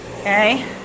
okay